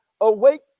awake